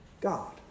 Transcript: God